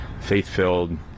Faith-filled